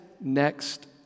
next